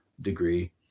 degree